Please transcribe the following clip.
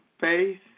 faith